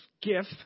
gift